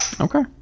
Okay